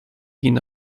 been